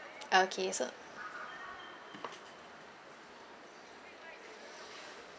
okay so